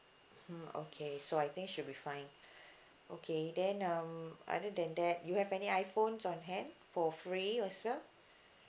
hmm okay so I think it should be fine okay then um other than that you have any iphones on hand for free as well